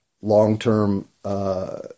long-term